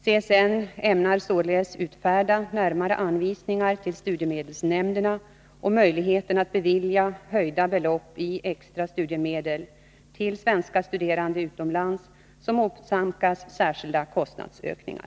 CSN ämnar således utfärda närmare anvisningar till studiemedelsnämnderna om möjligheten att bevilja höjda belopp i extra studiemedel till svenska studerande utomlands som åsamkas särskilda kostnadsökningar.